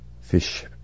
fish